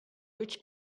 which